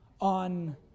on